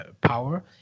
power